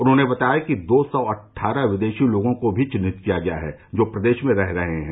उन्होंने बताया कि दो सौ अठठारह विदेशी लोगों को भी चिन्हित किया गया है जो प्रदेश में रह रहे हैं